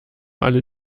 alle